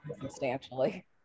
substantially